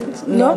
לא?